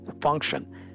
function